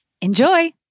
Enjoy